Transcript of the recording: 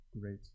great